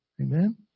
Amen